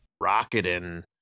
rocketing